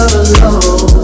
alone